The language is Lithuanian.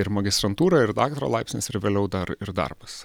ir magistrantūra ir daktaro laipsnis ir vėliau dar ir darbas